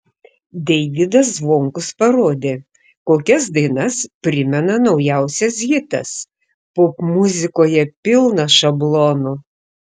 deivydas zvonkus parodė kokias dainas primena naujausias hitas popmuzikoje pilna šablonų